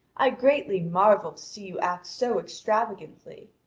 i greatly marvel to see you act so extravagantly.